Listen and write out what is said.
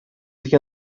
sich